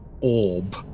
orb